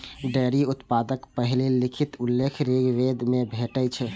dairy उत्पादक पहिल लिखित उल्लेख ऋग्वेद मे भेटै छै